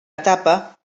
etapa